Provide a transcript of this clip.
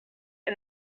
and